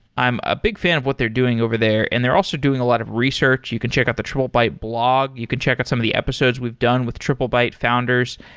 i'm a big fan of what they're doing over there and they're also doing a lot of research. you can check out the triplebyte blog. you can check out some of the episodes we've done with triplebyte founders.